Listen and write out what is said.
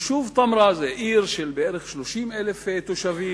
היישוב תמרה זה עיר של בערך 30,000 תושבים.